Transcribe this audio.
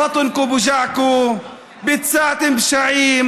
כואבת לכם הבטן.) ביצעתם פשעים,